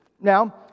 Now